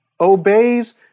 obeys